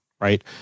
right